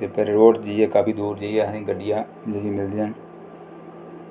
ते फि्र ओह् काफी दूर जाइयै गड्डिया लेई आनी